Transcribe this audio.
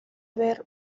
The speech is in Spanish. ver